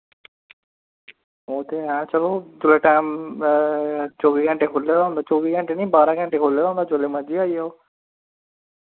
ओह् ते ऐ चलो जुल्लै टैम चौह्बी घैंटे खुल्ले दा होंदा चौह्बी घैंटे निं बारां घैंटे खोह्ल्ले दा होंदा जुल्लै मर्जी आई जाओ